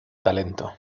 talento